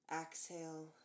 exhale